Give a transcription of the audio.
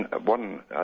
one